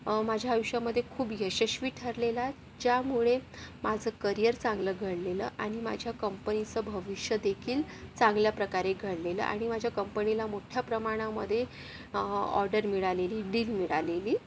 माझ्या आयुष्यामधे खूप यशस्वी ठरलेला ज्यामुळे माझे करिअर चांगलं घडलेलं आणि माझ्या कंपनीचं भविष्यदेखील चांगल्याप्रकारे घडलेलं आणि माझ्या कंपनीला मोठ्या प्रमाणामधे ऑर्डर मिळालेली डील मिळालेली